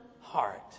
heart